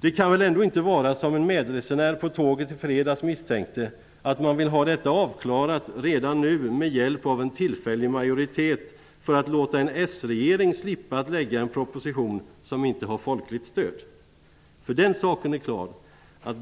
Det kan väl ändå inte vara så, som en medresenär på tåget i fredags misstänkte, att de vill ha detta avklarat redan nu med hjälp av en tillfällig majoritet för att låta en socialdemokratisk regering slippa att lägga fram en proposition som inte har folkligt stöd. En sak är klar.